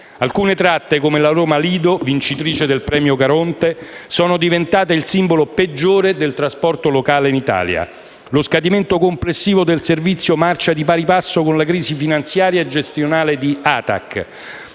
Alcune tratte, come la Roma-Lido, vincitrice del Premio Caronte, sono diventate il simbolo peggiore del trasporto locale in Italia. Lo scadimento complessivo del servizio marcia di pari passo con la crisi finanziaria e gestionale di ATAC: